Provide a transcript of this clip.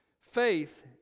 faith